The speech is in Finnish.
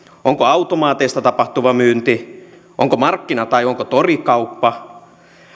onko automaateista tapahtuva myynti onko markkina tai onko torikauppa